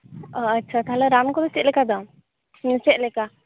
ᱚ ᱟᱪᱪᱷᱟ ᱛᱟᱦᱚᱞᱮ ᱨᱟᱱ ᱠᱚᱫᱚ ᱪᱮᱫ ᱞᱮᱠᱟ ᱫᱟᱢ ᱦᱩᱸ ᱪᱮᱫ ᱞᱮᱠᱟ